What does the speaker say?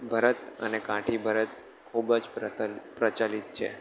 ભરત અને કાંઠી ભરત ખૂબ જ પ્રચ પ્રચલિત છે